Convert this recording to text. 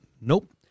Nope